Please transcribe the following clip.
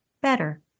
better